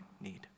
need